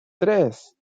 tres